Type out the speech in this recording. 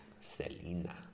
Selena